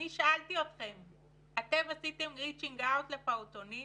אני שאלתי אתכם אם עשיתם Reaching Out לפעוטונים